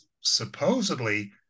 supposedly